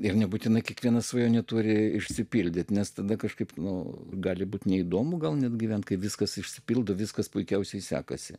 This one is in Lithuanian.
ir nebūtinai kiekviena svajonė turi išsipildyti nes tada kažkaip nu gali būti neįdomu gal net gyventi kai viskas išsipildo viskas puikiausiai sekasi